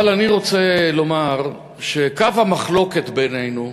אבל אני רוצה לומר שקו המחלוקת בינינו,